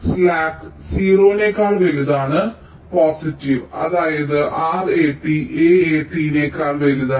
slack 0 നേക്കാൾ വലുതാണ് positive അതായത് RAT AAT നേക്കാൾ വലുതാണ്